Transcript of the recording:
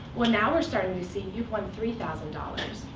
well now, we're starting to see, you've won three thousand dollars.